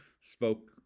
spoke